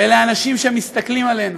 ואלה האנשים שמסתכלים עלינו.